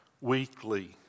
weekly